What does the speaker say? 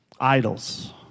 idols